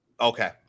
Okay